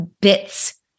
bits